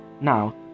Now